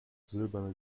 silberne